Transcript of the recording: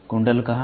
कुंडल कहाँ है